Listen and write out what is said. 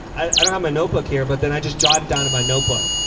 i don't have a notebook here but then i just jotted down in my notebook.